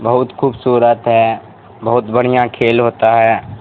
بہت خوبصورت ہے بہت بڑھیا کھیل ہوتا ہے